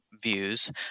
views